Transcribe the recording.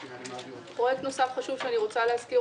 פרויקט חשוב נוסף שאני רוצה להזכיר